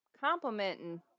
complimenting